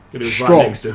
strong